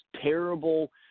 terrible